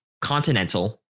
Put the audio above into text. continental